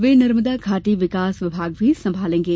वे नर्मदा घाटी विकास विभाग भी संभालेंगे